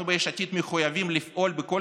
אנחנו ביש עתיד מחויבים לפעול בכל